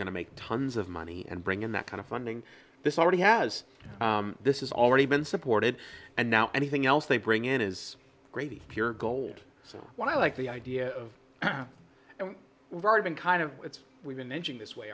going to make tons of money and bring in that kind of funding this already has this is already been supported and now anything else they bring in is gravy pure gold so what i like the idea of and we've already been kind of we've been edging this way